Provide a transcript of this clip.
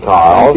Carl